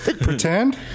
pretend